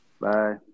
bye